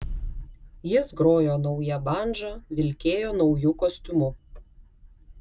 jis grojo nauja bandža vilkėjo nauju kostiumu